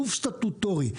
גוף סטטוטורי.